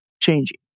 changing